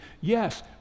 Yes